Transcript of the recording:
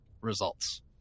results